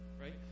right